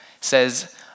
says